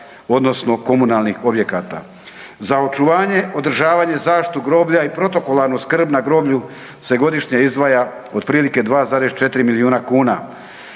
odnosno komunalnih objekata. Za očuvanje, zaštitu groblja i protokolarnu skrb na groblju se godišnje izdvaja otprilike 2,4 milijuna kuna.